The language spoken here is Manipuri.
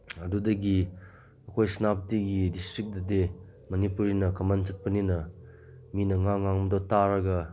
ꯑꯗꯨꯗꯒꯤ ꯑꯩꯈꯣꯏ ꯁꯦꯅꯥꯄꯇꯤꯒꯤ ꯗꯤꯁꯇ꯭ꯔꯤꯛꯇꯗꯤ ꯃꯅꯤꯄꯨꯔꯤꯅ ꯀꯃꯟ ꯆꯠꯄꯅꯤꯅ ꯃꯤꯅ ꯉꯥꯡ ꯉꯥꯡꯕꯗꯣ ꯇꯥꯔꯒ